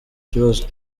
kibazo